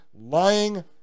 lying